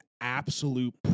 absolute